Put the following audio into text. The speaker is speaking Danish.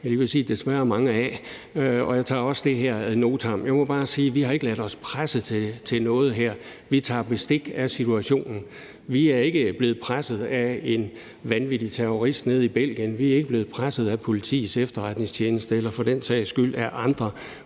ved at sige desværre, mange af, og jeg tager også det her ad notam. Jeg må bare sige, at vi ikke har ladet os presse til noget her. Vi tager bestik af situationen. Vi er ikke blevet presset af en vanvittig terrorist nede i Belgien. Vi er ikke blevet presset af Politiets Efterretningstjeneste eller for den sags skyld af andre,